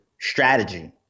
strategy